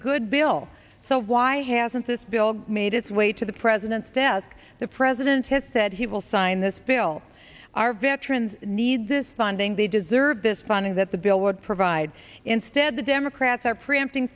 good bill so why hasn't this bill made its way to the president's desk the president has said he will sign this bill our veterans need this funding they deserve this funding that the bill would provide instead the democrats are preempting